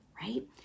right